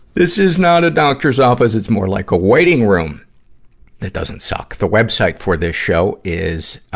this is not a doctor's office. it's more like a waiting room that doesn't suck. the web site for this show is,